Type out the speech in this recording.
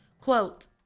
Quote